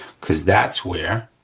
cause that's where